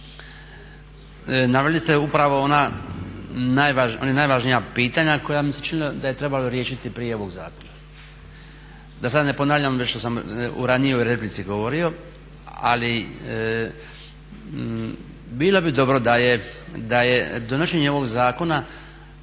Naveli ste upravo ona najvažnija pitanja koja mi se činilo da je trebalo riješiti prije ovog zakona. Da sad ne ponavljam već što sam u ranijoj replici govorio, ali bilo bi dobro da je donošenje ovog zakona